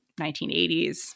1980s